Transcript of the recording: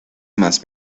más